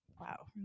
wow